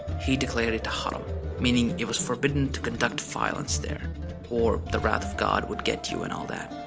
he declared it a haram meaning it was forbidden to conduct violence there or the wrath of god would get you and all that.